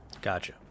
Gotcha